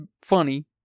funny